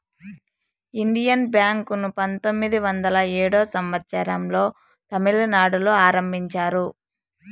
Indian bank ను పంతొమ్మిది వందల ఏడో సంవచ్చరం లో తమిళనాడులో ఆరంభించారు